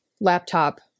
laptop